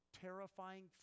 terrifying